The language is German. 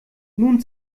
nun